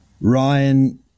Ryan